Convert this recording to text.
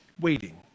waiting